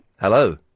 Hello